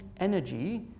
energy